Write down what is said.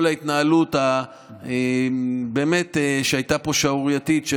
כל ההתנהלות שהייתה פה שערורייתית של